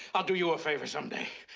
i'll do you a favor someday.